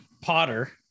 Potter